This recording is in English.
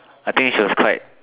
I think she was quite